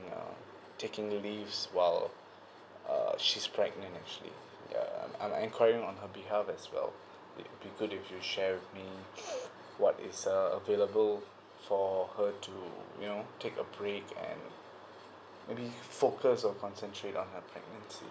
uh taking leaves while uh she's pregnant actually ya I I'm enquiring on her behalf as well it it'll be good if you share with me what is uh available for her to you know take a break and maybe focus or concentrate on her pregnancy